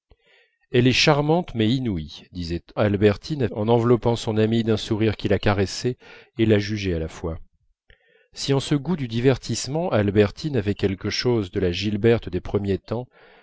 elle est charmante mais inouïe disait andrée en enveloppant son amie d'un sourire qui la caressait et la jugeait à la fois si en ce goût du divertissement albertine avait quelque chose de la gilberte des premiers temps